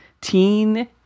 teen